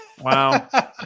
Wow